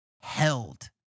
held